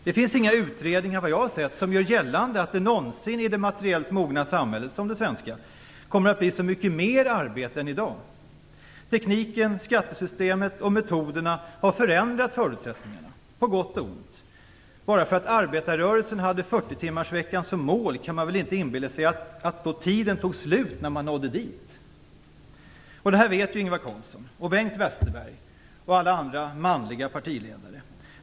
Det finns inga utredningar, vad jag har sett, som gör gällande att det någonsin i det materiellt mogna samhället, som det svenska, kommer att bli så mycket mer arbete än i dag. Tekniken, skattesystemet och metoderna har förändrat förutsättningarna på gott och ont. Bara för att arbetarrörelsen hade 40-timmarsveckan som mål kan man väl inte inbilla sig att tiden tog slut när man nådde dit. Detta vet Ingvar Carlsson och Bengt Westerberg och alla andra manliga partiledare.